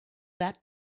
that